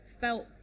felt